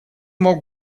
мог